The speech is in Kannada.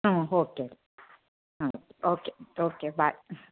ಹ್ಞೂ ಹೋಕೆ ರಿ ಹ್ಞೂ ಓಕೆ ಓಕೆ ಬಾಯ್